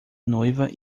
noiva